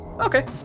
Okay